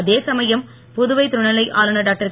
அதே சமயம் புதுவை துணைநிலை ஆளுனர் டாக்டர்